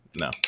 no